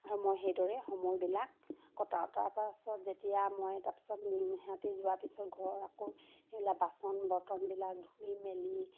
আৰু মই সেইদৰে সময়বিলাক কটাওঁ তাৰ পাছত যেতিয়া মই তাৰ পিছত সিহঁতি যোৱাৰ পিছত ঘৰ আকৌ সেইবিলাক বাচন বৰ্তনবিলাক ধুই মেলি